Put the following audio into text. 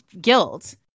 guilt